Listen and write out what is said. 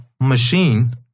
machine